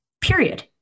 period